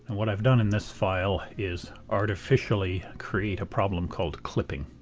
what i've done in this file is artificially create a problem called clipping.